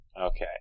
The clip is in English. Okay